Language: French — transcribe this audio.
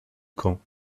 camps